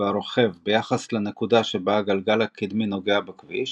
והרוכב ביחס לנקודה שבה הגלגל הקדמי נוגע בכביש,